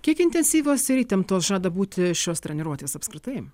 kiek intensyvios ir įtemptos žada būti šios treniruotės apskritai